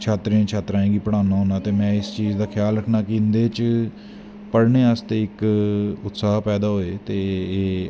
शात्तर शात्तराएं गी पढ़ाना होना ते में इस चीज़दा ख्याल रक्खना इंदे च पढ़ने आस्ते इक उत्साह् पैदा होए ते